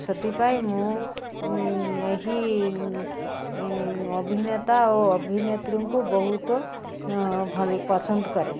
ସେଥିପାଇଁ ମୁଁ ଏହି ଅଭିନେତା ଓ ଅଭିନେତ୍ରୀଙ୍କୁ ବହୁତ ଭଲ ପସନ୍ଦ କରେ